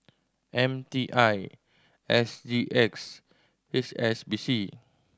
M T I S G X and H S B C